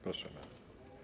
Proszę bardzo.